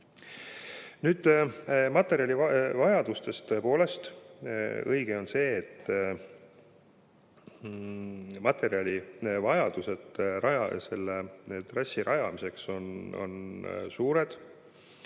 materjalivajadus. Tõepoolest, õige on see, et materjalivajadused selle trassi rajamiseks on suured.